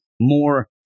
more